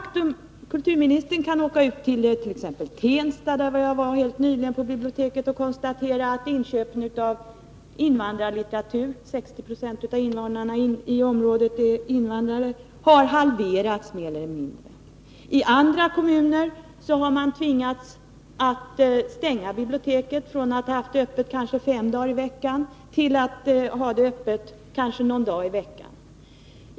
Kulturministern kan åka ut till t.ex. biblioteket i Tensta, där jag var helt nyligen, och konstatera att inköpen av invandrarlitteratur har mer eller mindre halverats — 60 26 av invånarna i området är invandrare. I andra kommuner har man tvingats att stänga biblioteken. Från att ha haft öppet kanske fem dagar i veckan har man nu öppet bara någon dag i veckan.